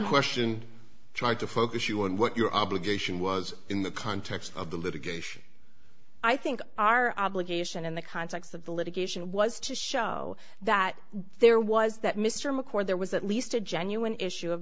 question try to focus you on what your obligation was in the context of the litigation i think our obligation in the context of the litigation was to show that there was that mr mccord there was at least a genuine issue of